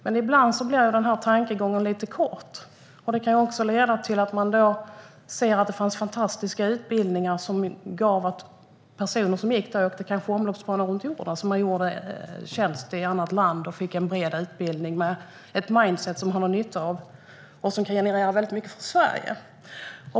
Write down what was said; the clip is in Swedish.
Men ibland blir den tankegången lite kort, för det kunde också leda till fantastiska utbildningar där eleverna kunde få en omloppsbana runt jorden. Man gjorde tjänst i annat land och fick en bred utbildning med ett mindset som man hade nytta av och som genererade väldigt mycket för Sverige.